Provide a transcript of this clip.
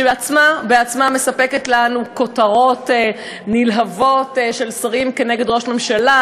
שבעצמה מספקת לנו כותרות נלהבות של שרים נגד ראש ממשלה,